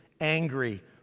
angry